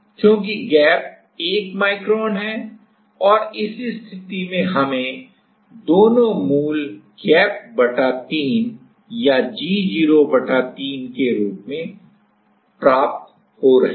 क्योंकि गैप एक माइक्रोन है और इस स्थिति में हमें दोनों मूल गैप बटा 3 या g0 बटा 3 के रूप में प्राप्त कर रहे हैं